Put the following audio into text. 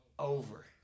over